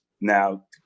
Now